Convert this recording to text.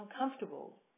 uncomfortable